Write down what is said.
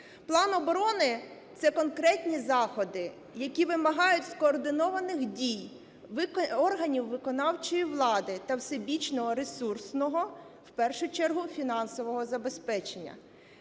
План оброни – це конкретні заходи, які вимагають скоординованих дій органів виконавчої влади та всебічного ресурсного, в першу чергу, фінансового забезпечення.